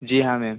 जी हाँ मैम